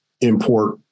import